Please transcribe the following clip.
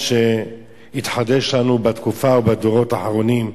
שהתחדש לנו בתקופה או בדורות האחרונים.